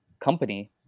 company